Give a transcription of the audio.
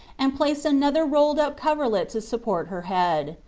and placed another rolled-up coverlet to support her head.